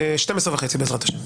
ב-12:30 בעזרת השם.